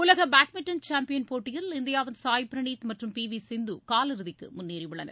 உலக badminton champion போட்டியில் இந்தியாவின் சாய் ப்ரினீத் மற்றும் பி வி சிந்து காலிறுதிக்கு முன்னேறி உள்ளனர்